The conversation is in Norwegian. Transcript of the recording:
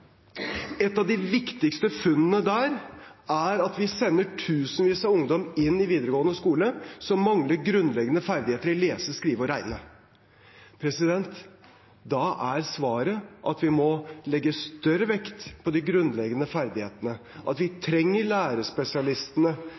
Et av de viktigste funnene der er at vi sender tusenvis av ungdommer som mangler grunnleggende ferdigheter i å lese, skrive og regne, inn i videregående skole. Da er svaret at vi må legge større vekt på de grunnleggende ferdighetene, at vi trenger lærerspesialistene,